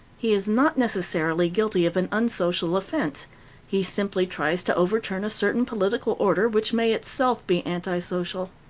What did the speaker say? he is not necessarily guilty of an unsocial offense he simply tries to overturn a certain political order which may itself be anti-social.